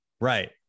Right